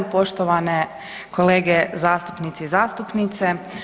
Poštovane kolege zastupnici i zastupnice.